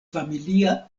familia